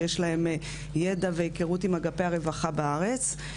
שיש להם ידע והכרות עם אגפי הרווחה בארץ.